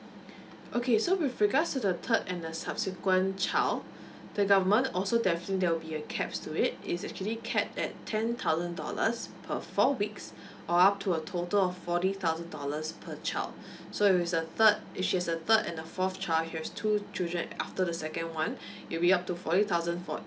okay so with regards to the third and the subsequent child the government also definitely there will be a caps to it it's actually cap at ten thousand dollars per four weeks or upto a total of forty thousand dollars per child so if it's a third if she has a third and a fourth child she has two children after the second one it will be up to forty thousand for